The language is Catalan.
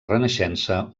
renaixença